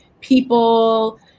people